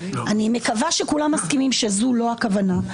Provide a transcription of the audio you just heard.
אני מקווה שכולם מסכימים שזו לא הכוונה,